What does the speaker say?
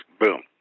boom